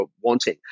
wanting